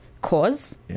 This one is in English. cause